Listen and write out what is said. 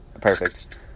perfect